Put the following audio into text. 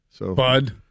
Bud